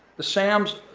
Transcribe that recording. the sams,